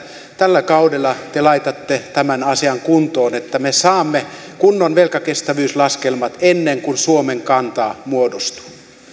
tällä kaudella te laitatte tämän asian kuntoon että me saamme kunnon velkakestävyyslaskelmat ennen kuin suomen kanta muodostuu